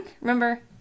Remember